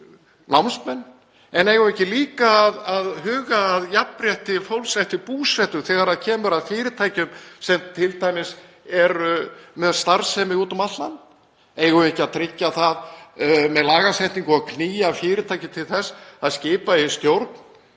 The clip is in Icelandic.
o.s.frv.? Eigum við ekki líka að huga að jafnrétti fólks eftir búsetu þegar kemur að fyrirtækjum sem eru t.d. með starfsemi úti um allt land? Eigum við ekki að tryggja það með lagasetningu og knýja fyrirtæki til þess að skipa í stjórn